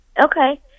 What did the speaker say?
Okay